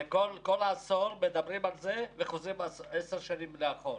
כל עשור מדברים על זה וחוזרים עשר שנים לאחור.